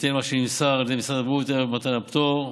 בהתאם למה שנמסר על ידי משרד הבריאות ערב מתן הפטור,